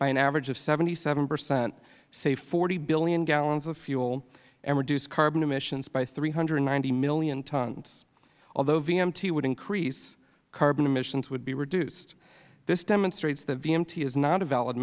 by an average of seventy seven percent save forty billion gallons of fuel and reduce carbon emissions by three hundred and ninety million tons although vmt would increase carbon emissions would be reduced this demonstrates that vmt is not a valid